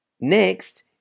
Next